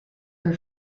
her